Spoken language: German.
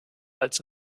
als